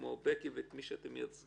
כמו בקי קשת ואת מי שאתם מייצגים,